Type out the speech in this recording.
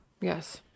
Yes